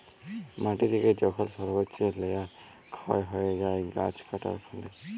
মাটি থেকে যখল সর্বচ্চ লেয়ার ক্ষয় হ্যয়ে যায় গাছ কাটার ফলে